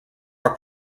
are